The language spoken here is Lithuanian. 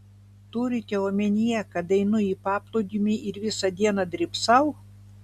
turite omenyje kad einu į paplūdimį ir visą dieną drybsau